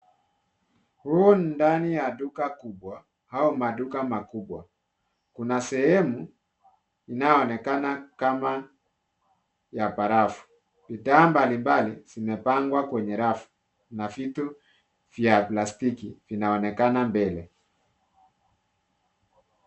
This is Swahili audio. Huu ni ndani ya duka kubwa au maduka makubwa. Kuna sehemu inayoonekana kama ya barafu. Bidhaa mbali mbali zimepangwa kwenye rafu, na vitu vya plastiki vinaonekana mbele.